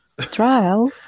Trial